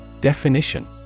Definition